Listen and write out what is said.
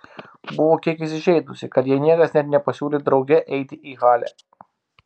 buvo kiek įsižeidusi kad jai niekas net nepasiūlė drauge eiti į halę